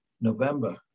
November